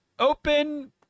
Open